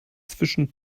zwischen